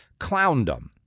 clowndom